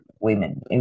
women